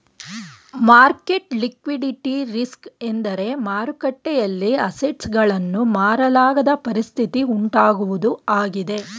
market liquidity risk ಎಂದರೆ ಮಾರುಕಟ್ಟೆಯಲ್ಲಿ assets ಗಳನ್ನು ಮಾರಲಾಗದ ಪರಿಸ್ಥಿತಿ ಉಂಟಾಗುವುದು ಆಗಿದೆ